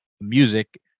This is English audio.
music